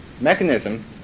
mechanism